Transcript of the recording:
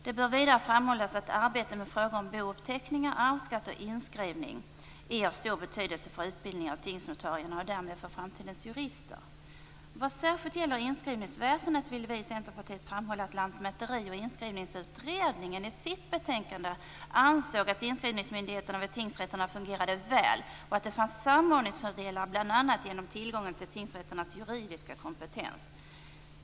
Det bör vidare framhållas att arbete med frågor om bouppteckningar, arvsskatt och inskrivning är av stor betydelse för utbildningen av tingsnotarierna och därmed för framtidens jurister. När det gäller inskrivningsväsendet vill vi i Centerpartiet framhålla att Lantmäteri och inskrivningsutredningen i sitt betänkande ansåg att inskrivningsmyndigheterna vid tingsrätterna fungerar väl. Utredningen ansåg att det finns samordningsfördelar bl.a. genom tillgången till tingsrätternas juridiska kompetens.